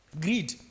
Greed